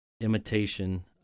Imitation